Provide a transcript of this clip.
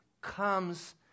comes